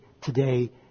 today